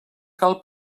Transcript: cal